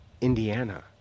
Indiana